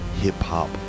hip-hop